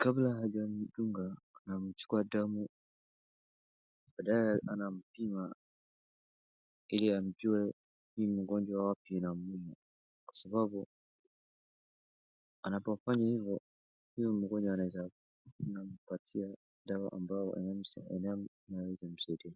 kabla hajamdunga, anamchukua damu, baadaye anampima ili ajue ni mgonjwa wapi inamuuma kwa sababu anapofanya hivyo, huyo mgonjwa ataweza kumpatia dawa ambao inaweza msaidia.